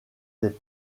des